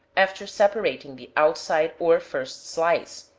after separating the outside or first slice,